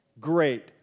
great